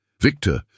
Victor